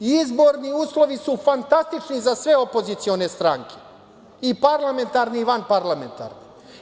Izborni uslovi su fantastični za sve opozicione stranke i parlamentarni i vanparlamentarni.